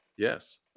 Yes